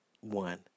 one